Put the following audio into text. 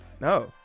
No